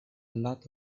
lot